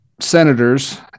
senators